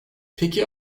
peki